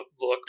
look